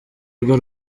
rwo